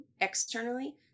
externally